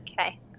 okay